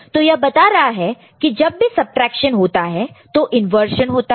तो यह बता रहा है कि जब भी सबट्रैक्शन होता है तो इंवर्जन होता है